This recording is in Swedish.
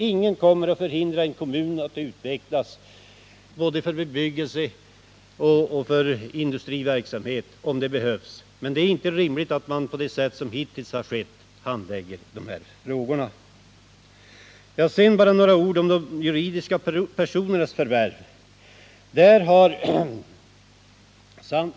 Ingen kommer att hindra en kommun att utvecklas, att ta mark i anspråk för bebyggelse och industriverksamhet, om det behövs. Men det är inte rimligt att man handlägger de här frågorna på det sätt som hittills har skett. Sedan bara några ord om de juridiska personernas förvärv.